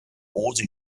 osi